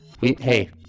Hey